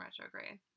retrograde